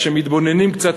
כשמתבוננים קצת,